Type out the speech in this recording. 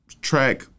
track